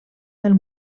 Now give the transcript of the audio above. del